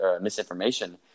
misinformation